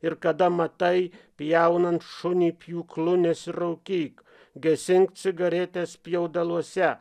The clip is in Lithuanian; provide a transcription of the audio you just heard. ir kada matai pjaunant šunį pjūklu nesiraukyk gesink cigaretę spjaudaluose